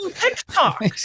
TikTok